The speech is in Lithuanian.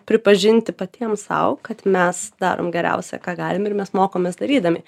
pripažinti patiem sau kad mes darom geriausia ką galim ir mes mokomės darydami